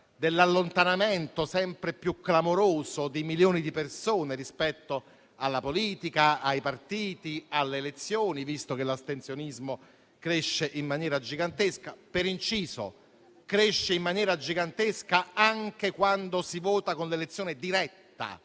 dell'allontanamento sempre più clamoroso di milioni di persone rispetto alla politica, ai partiti e alle elezioni, visto che l'astensionismo cresce in maniera gigantesca. Per inciso, cresce in maniera gigantesca anche in caso di elezione diretta,